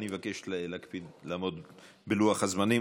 אני מבקש להקפיד לעמוד בלוח הזמנים.